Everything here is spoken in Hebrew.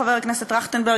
חבר הכנסת פורר.